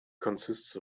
consists